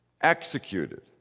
executed